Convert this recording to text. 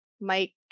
Mike